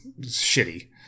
shitty